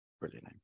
Brilliant